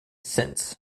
since